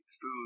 food